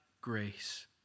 grace